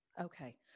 Okay